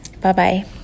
Bye-bye